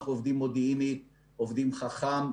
אנחנו עובדים מודיעינית, עובדים חכם,